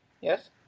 Yes